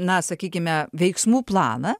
na sakykime veiksmų planą